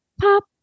pop